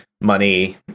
money